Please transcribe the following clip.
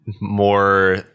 more